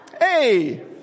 Hey